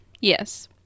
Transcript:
Yes